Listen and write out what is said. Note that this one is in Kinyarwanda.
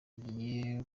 igiye